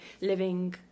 living